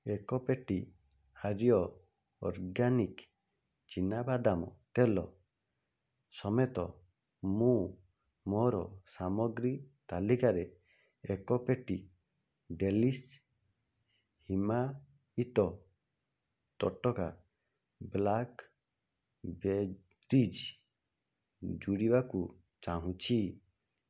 ଏକ ପେଟି ହାଜିଓ ଅର୍ଗାନିକ୍ ଚିନାବାଦାମ ତେଲ ସମେତ ମୁଁ ମୋର ସାମଗ୍ରୀ ତାଲିକାରେ ଏକ ପେଟି ଡେଲିଶ୍ ହିମାୟିତ ତଟକା ବ୍ଲାକ୍ବେରିଜ୍ ଯୋଡ଼ିବାକୁ ଚାହୁଁଛି